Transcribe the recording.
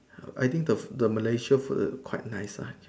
I think the the Malaysia food quite nice lah